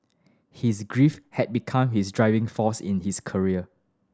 his grief had become his driving force in his career